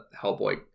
Hellboy